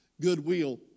goodwill